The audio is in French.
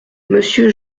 monsieur